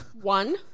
One